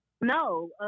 No